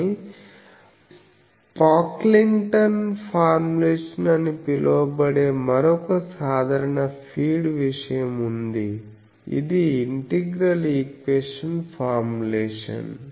కానీ పాక్లింగ్టన్Pocklington's ఫార్ములేషన్ అని పిలువబడే మరొక సాధారణ ఫీడ్ విషయం ఉంది ఇది ఇంటిగ్రల్ ఈక్వేషన్ ఫార్ములేషన్